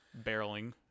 barreling